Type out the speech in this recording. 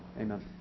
Amen